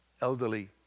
elderly